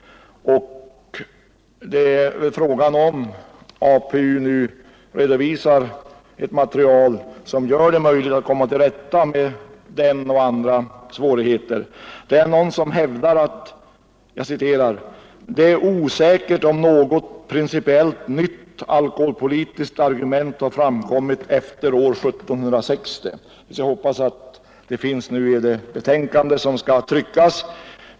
Frågan är om APU nu redovisar ett material som gör det möjligt att komma till rätta med dessa och andra svårigheter. Det är någon som hävdar att det är osäkert om något principiellt nytt alkoholpolitiskt argument har framkommit efter år 1760. Jag hoppas att det nu finns i det betänkande som skall tryckas.